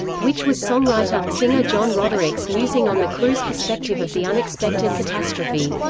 which was songwriter singer john roderick's musing on the crew's perspective of the unexpected catastrophe.